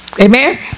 Amen